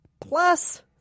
plus